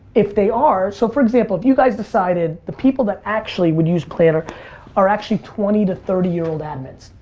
if they are, so for example, if you guys decided the people that actually would use plannr are actually twenty to thirty year old admins.